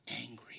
angry